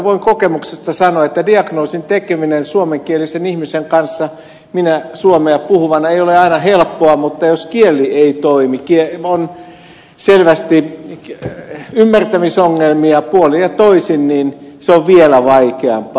voin kokemuksesta suomea puhuvana sanoa että diagnoosin tekeminen suomenkielisen ihmisen kanssa ei ole aina helppoa mutta jos kieli ei toimi on selvästi ymmärtämisongelmia puolin ja toisin se on vielä vaikeampaa